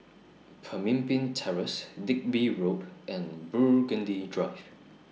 Pemimpin Terrace Digby Road and Burgundy Drive